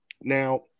Now